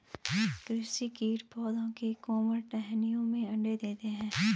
कृषि कीट पौधों की कोमल टहनियों में अंडे देते है